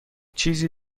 چیزی